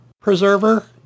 preserver